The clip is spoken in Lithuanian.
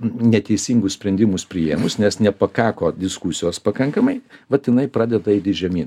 neteisingus sprendimus priėmus nes nepakako diskusijos pakankamai būtinai pradeda eiti žemyn